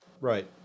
Right